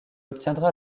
obtiendra